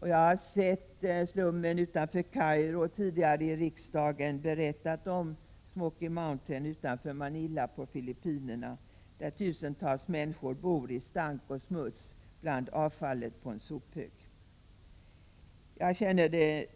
Jag har också sett slummen utanför Kairo och tidigare i riksdagen berättat om Smokey Mountain utanför Manila på Filippinerna, där tusentals människor bor i stank och smuts bland avfallet på en sophög. Jag känner det